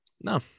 No